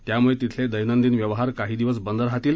त्यामुळे तिथले दैनंदिन व्यवहार काही दिवस बंद राहणार आहेत